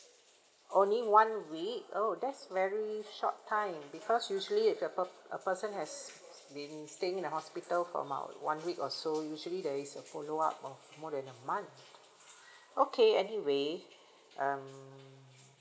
only one week oh that's very short time because usually if a per~ a person has been staying in the hospital for about one week or so usually there is a follow up of more than a month okay anyway um